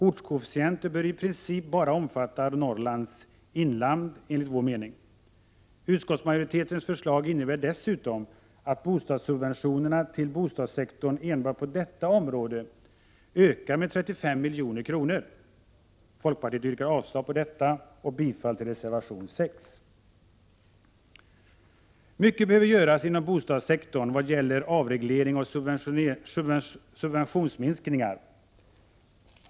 Ortskoefficienter bör i princip bara omfatta Norrlands inland, enligt vår mening. Utskottsmajoritetens förslag innebär dessutom att subventionerna till bostadssektorn enbart på detta område ökar med 35 milj.kr. Folkpartiet yrkar avslag på detta förslag och bifall till reservation 6. Mycket behöver göras inom bostadssektorn vad gäller avreglering och subventionsminskningar.